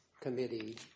committee